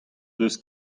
deus